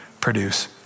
produce